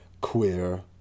queer